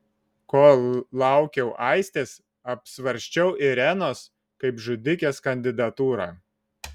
kol laukiau aistės apsvarsčiau irenos kaip žudikės kandidatūrą